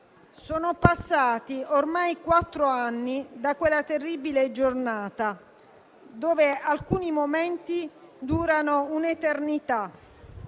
Sono passati ormai quattro anni da quella terribile giornata, in cui alcuni momenti sono durati un'eternità: